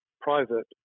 private